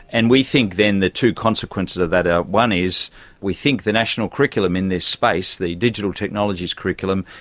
and we think then the two consequences of that are, one is we think the national curriculum in this space, the digital technologies curriculum,